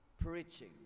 preaching